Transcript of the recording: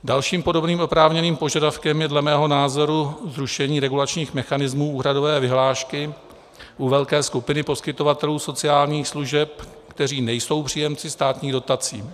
Dalším podobným oprávněným požadavkem je dle mého názoru zrušení regulačních mechanismů úhradové vyhlášky u velké skupiny poskytovatelů sociálních služeb, kteří nejsou příjemci státních dotací.